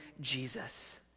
Jesus